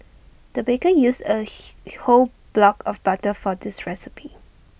the baker used A whole block of butter for this recipe